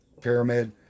pyramid